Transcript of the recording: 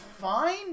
fine